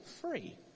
free